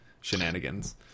shenanigans